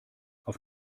auf